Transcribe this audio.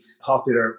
popular